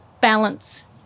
balance